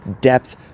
depth